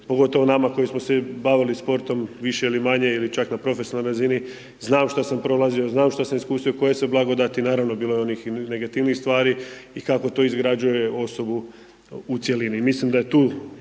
pogotovo nama koji smo se bavili sportom, više ili manje, ili čak na profesionalnoj razini, znam što sam prolazio, znam što sam iskusio, koje sve blagodati, naravno bilo je onih i negativnijih stvari i kako to izgrađuje osobu u cjelini.